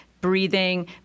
breathing